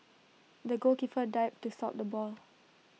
the goalkeeper dived to stop the ball